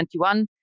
2021